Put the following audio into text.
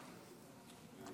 (חותם על